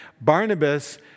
Barnabas